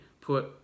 put